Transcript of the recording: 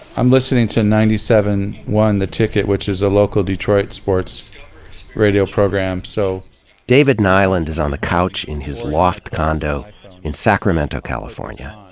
i'm listening to ninety seven point one the ticket, which is a local detroit sports radio program, so david nylund is on the couch in his loft condo in sacramento, california.